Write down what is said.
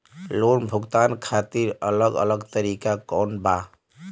Loan भुगतान खातिर अलग अलग तरीका कौन बा?